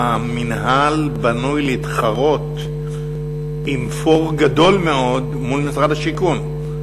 המינהל בנוי להתחרות עם "פור" גדול מאוד מול משרד השיכון.